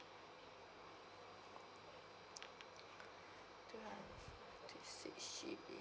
two hundred fifty six G_B